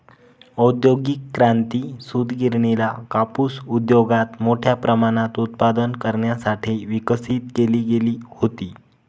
औद्योगिक क्रांती, सूतगिरणीला कापूस उद्योगात मोठ्या प्रमाणात उत्पादन करण्यासाठी विकसित केली गेली होती